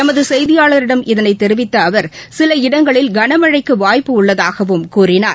எமது செய்தியாளரிடம் இதனைத் தெரிவித்த அவர் சில இடங்களில் கனமழழக்கு வாய்ப்பு உள்ளதாகவும் கூறினார்